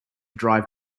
drive